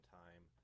time